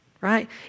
right